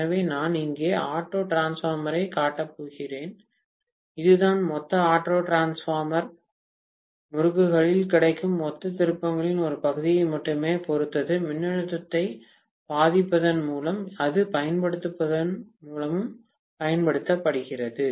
எனவே நான் இங்கே ஆட்டோ டிரான்ஸ்பார்மரைக் காட்டப் போகிறேன் இதுதான் மொத்த ஆட்டோ டிரான்ஸ்பார்மர் முறுக்குகளில் கிடைக்கும் மொத்த திருப்பங்களின் ஒரு பகுதியை மட்டுமே பொறுத்து மின்னழுத்தத்தை பாதிப்பதன் மூலம் அல்லது பயன்படுத்துவதன் மூலம் பயன்படுத்தப்படுகிறது